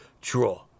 draw